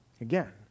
Again